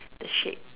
the shape